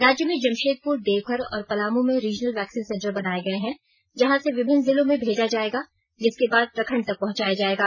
राज्य में जमशेदपुर देवघर और पलामू में रिजनल वैक्सीन सेंटर बनाये गये हैं जहां से विभिनन जिलों में भेजा जाएगा जिसके बाद प्रखण्ड तक पहुंचाया जाएगा